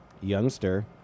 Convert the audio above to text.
youngster